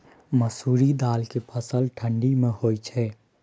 मसुरि दाल के फसल ठंडी मे होय छै?